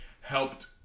helped